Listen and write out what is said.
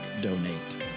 donate